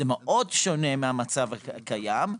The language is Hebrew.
זה מאוד שונה מהמצב הקיים,